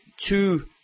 two